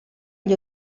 gli